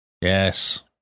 Yes